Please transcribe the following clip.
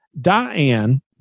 Diane